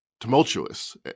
tumultuous